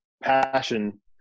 passion